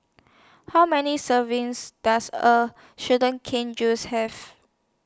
How Many servings Does A Sugar Cane Juice Have